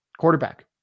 Quarterback